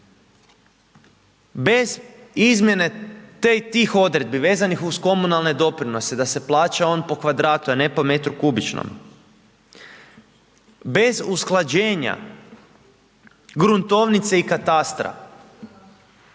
Bez izmjene tih odredbi, vezanih uz komunalne doprinose, da se plaća on po kvadratu, a ne po metru kubičnome, bez usklađenja, gruntovnice i katastra,